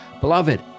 beloved